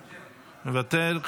מוותר,